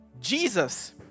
Jesus